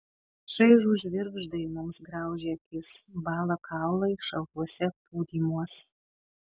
šaižūs žvirgždai mums graužia akis bąla kaulai šaltuose pūdymuos